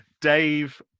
Dave